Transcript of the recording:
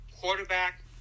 quarterback